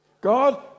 God